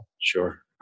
Sure